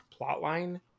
plotline